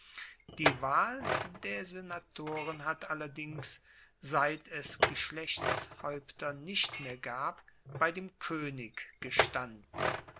die wahl der senatoren hat allerdings seit es geschlechtshaeupter nicht mehr gab bei dem koenig gestanden